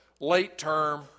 late-term